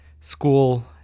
school